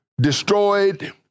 destroyed